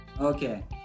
okay